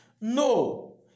No